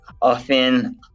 Often